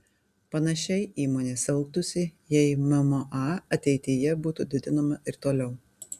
panašiai įmonės elgtųsi jei mma ateityje būtų didinama ir toliau